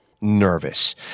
nervous